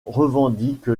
revendique